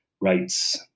rights